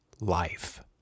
life